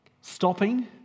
stopping